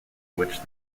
which